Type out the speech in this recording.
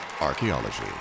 Archaeology